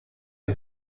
die